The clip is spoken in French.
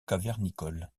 cavernicole